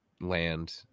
land